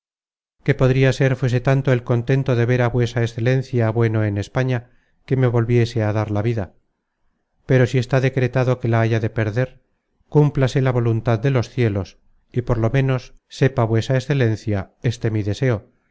que podria ser fuese tanto el contento de ver á vuesa excelencia bueno en españa que me volviese á dar la vida pero si está decretado que la haya de perder cúmplase la voluntad de los cielos y por lo ménos sepa vuesa excelencia este mi deseo